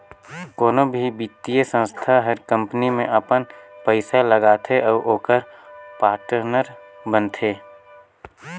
कोनो भी बित्तीय संस्था हर कंपनी में अपन पइसा लगाथे अउ ओकर पाटनर बनथे